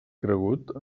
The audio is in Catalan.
cregut